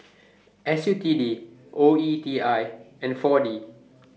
S U T D O E T I and four D